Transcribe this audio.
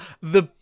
the-